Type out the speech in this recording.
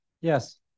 Yes